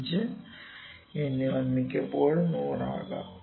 5 എന്നിവ മിക്കപ്പോഴും 100 ആകാം